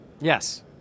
Yes